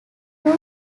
two